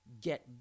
get